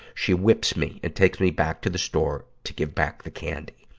she whips me and take me back to the store to give back the candy.